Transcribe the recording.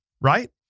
Right